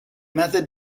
method